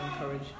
encourage